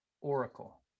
Oracle